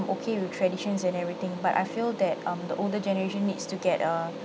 okay with traditions and everything but I feel that um the older generation needs to get a